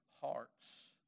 hearts